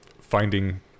finding